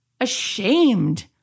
ashamed